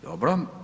Dobro.